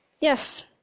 yes